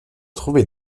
trouvés